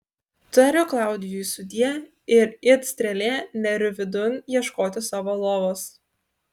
tariu klaudijui sudie ir it strėlė neriu vidun ieškoti savo lovos